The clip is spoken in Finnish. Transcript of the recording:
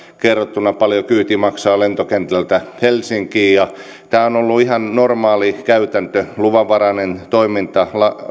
kerrottuna paljonko kyyti maksaa lentokentältä helsinkiin tämä on ollut ihan normaali käytäntö luvanvaraista toimintaa